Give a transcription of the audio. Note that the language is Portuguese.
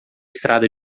estrada